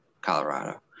Colorado